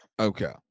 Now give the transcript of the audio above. okay